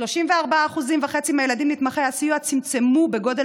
34.5% מהילדים נתמכי הסיוע צמצמו בגודל